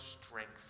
strength